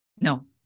No